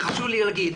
חשוב לי להגיד,